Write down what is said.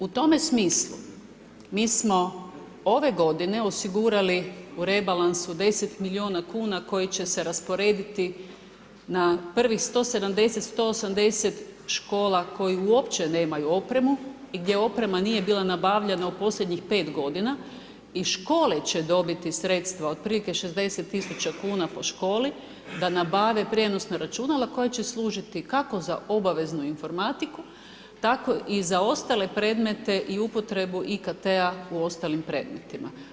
U tome smislu mi smo ove godine osigurali u rebalansu 10 milijuna kuna koji će se rasporediti na prvih 180 škola koji uopće nemaju opremu i gdje oprema nije bila nabavljana u posljednjih pet godina i škole će dobiti sredstva, otprilike 60000 kuna po školi da nabave prijenosna računala koja će služiti kako za obaveznu informatiku, tako i za ostale predmete i upotrebu IKT-a u ostalim predmetima.